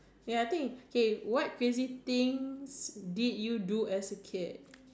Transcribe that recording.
ya I think okay what crazy things did you do as a kid